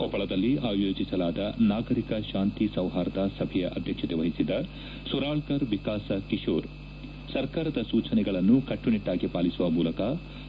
ಕೊಪ್ಪಳದಲ್ಲಿ ಆಯೋಜಿಸಲಾದ ನಾಗರಿಕ ಶಾಂತಿ ಸೌಹಾರ್ದ ಸಭೆಯ ಅಧ್ಯಕ್ಷತೆ ವಹಿಸಿದ್ದ ಸುರಾಳ್ಗರ್ ವಿಕಾಸ್ ಕಿಶೋರ್ ಸರ್ಕಾರದ ಸೂಚನೆಗಳನ್ನು ಕಟ್ಟುನಿಟ್ಟಾಗಿ ಪಾಲಿಸುವ ಮೂಲಕ